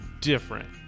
different